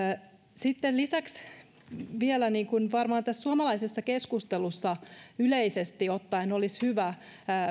sitten lisäksi vielä niin kuin varmaan tässä suomalaisessa keskustelussa yleisesti ottaen olisi hyvä